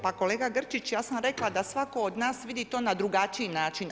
Pa kolega Grčić, ja sam rekla da svatko od nas vidi to na drugačiji način.